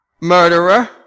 Murderer